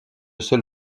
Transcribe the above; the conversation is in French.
seul